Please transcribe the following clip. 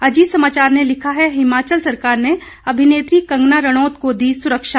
अजीत समाचार ने लिखा है हिमाचल सरकार ने अभिनेत्री कंगना रणौत को दी सुरक्षा